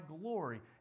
glory